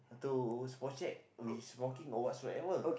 to spot check we smoking or whatsoever